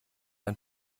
ein